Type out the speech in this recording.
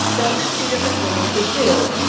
those are two different meanings of do,